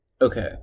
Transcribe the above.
Okay